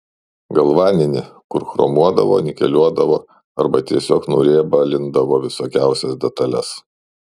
galvaninį kur chromuodavo nikeliuodavo arba tiesiog nuriebalindavo visokiausias detales